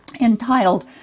Entitled